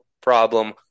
problem